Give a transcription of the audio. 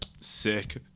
sick